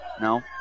No